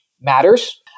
matters